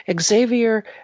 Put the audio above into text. Xavier